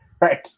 right